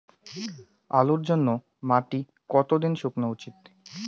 আলুর জন্যে মাটি কতো দিন শুকনো উচিৎ?